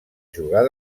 jugar